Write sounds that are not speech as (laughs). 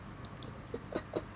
(laughs)